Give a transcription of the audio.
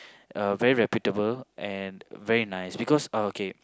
uh very reputable and very nice because uh okay